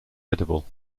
edible